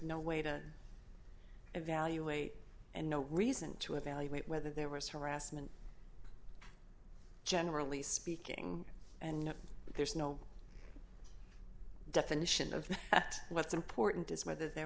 no way to evaluate and no reason to evaluate whether there was harassment generally speaking and yet there's no definition of that what's important is whether there